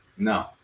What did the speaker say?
No